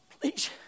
Please